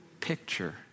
picture